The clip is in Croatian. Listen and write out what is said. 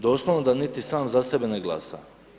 Doslovno da niti sam za sebe ne glasa.